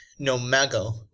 Nomago